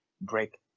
break